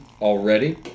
already